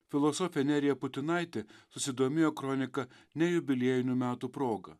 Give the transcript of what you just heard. filosofė nerija putinaitė susidomėjo kronika ne jubiliejinių metų proga